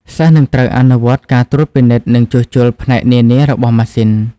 សិស្សនឹងត្រូវអនុវត្តការត្រួតពិនិត្យនិងជួសជុលផ្នែកនានារបស់ម៉ាស៊ីន។